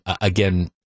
again